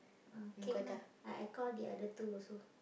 ah can ah I I call the other two also